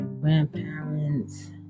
grandparents